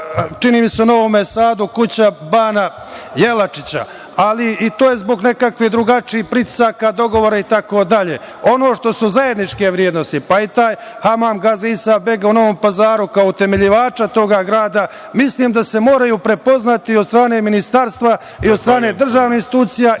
čini mi se u Novom Sadu, kuća Bana Jelačića, ali i to je zbog nekakvih drugačijih pritisaka dogovora i tako dalje. Ono što su zajedničke vrednosti, pa i taj hamam Gazi Isa-bega u Novom Pazaru, kao utemeljivača tog grada, mislim da se moraju prepoznati od strane ministarstva i od strane državnih institucija